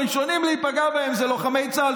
הראשונים להיפגע ממנו זה לוחמי צה"ל,